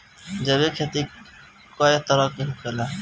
जैविक खेती कए तरह के होखेला?